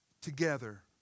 together